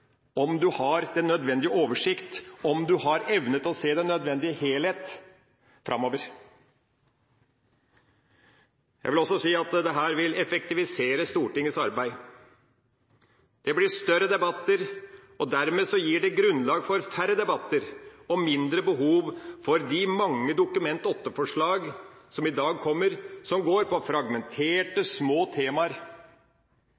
om du har den nødvendige oversikt, om du har evne til å se den nødvendige helhet framover. Jeg vil også si at dette vil effektivisere Stortingets arbeid. Det blir større debatter, og dermed gir det grunnlag for færre debatter og mindre behov for de mange Dokument 8-forslag som i dag kommer, som går på fragmenterte,